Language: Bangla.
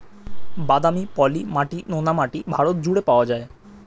বাদামি, পলি মাটি, নোনা মাটি ভারত জুড়ে পাওয়া যায়